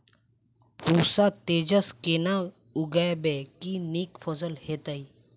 पूसा तेजस केना उगैबे की नीक फसल हेतइ?